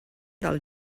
del